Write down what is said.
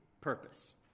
purpose